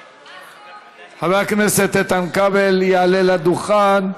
חבר הכנסת איתן כבל יעלה לדוכן.